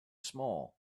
small